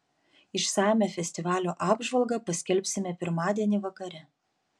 išsamią festivalio apžvalgą paskelbsime pirmadienį vakare